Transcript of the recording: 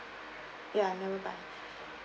ya never buy